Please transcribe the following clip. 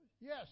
yes